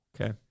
Okay